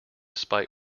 spite